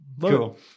cool